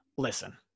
listen